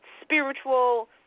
spiritual